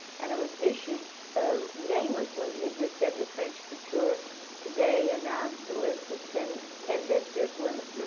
and it was issued ah namelessly. it just said, the french couture today announce the list of ten ten best dressed women.